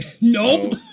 Nope